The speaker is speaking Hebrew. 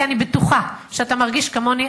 כי אני בטוחה שאתה מרגיש כמוני,